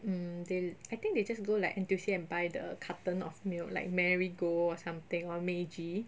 um they I think they just go like N_T_U_C and buy the carton of milk like marigold or something or meiji